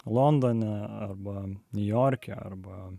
londoną arba niujorke arba